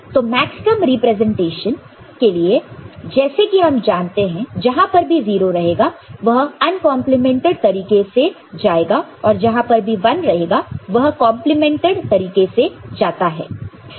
तो maxterm representation के लिए जैसे की हम जानते हैं जहां पर भी 0 रहेगा वह अन कंप्लीमेंटेड तरीके से जाएगा और जहां पर भी 1 रहेगा तो वह कंप्लीमेंटेड तरीके से जाता है